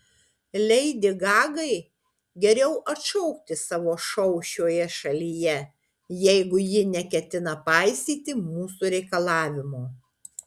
leidi gagai geriau atšaukti savo šou šioje šalyje jeigu ji neketina paisyti mūsų reikalavimo